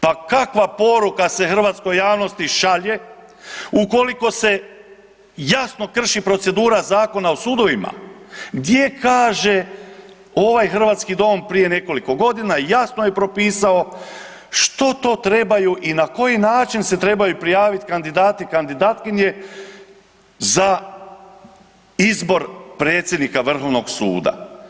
Pa kakva poruka se hrvatskoj javnosti šalje ukoliko se jasno krši procedura Zakona o sudovima, gdje kaže ovaj hrvatski dom prije nekoliko godina jasno je propisao i na koji način i na koji način se trebaju prijaviti kandidati, kandidatkinje, bor predsjednika Vrhovnog suda?